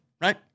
right